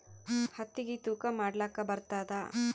ಹತ್ತಿಗಿ ತೂಕಾ ಮಾಡಲಾಕ ಬರತ್ತಾದಾ?